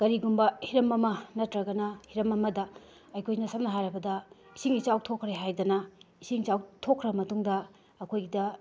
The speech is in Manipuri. ꯀꯔꯤꯒꯨꯝꯕ ꯍꯤꯔꯝ ꯑꯃ ꯅꯠꯇ꯭ꯔꯒꯅ ꯍꯤꯔꯝ ꯑꯃꯗ ꯑꯩꯈꯣꯏꯅ ꯁꯝꯅ ꯍꯥꯏꯔꯕꯗ ꯏꯁꯤꯡ ꯏꯆꯥꯎ ꯊꯣꯛꯈ꯭ꯔꯦ ꯍꯥꯏꯗꯅ ꯏꯁꯤꯡ ꯏꯆꯥꯎ ꯊꯣꯛꯈ꯭ꯔ ꯃꯇꯨꯡꯗ ꯑꯩꯈꯣꯏꯗ